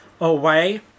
away